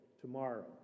tomorrow